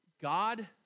God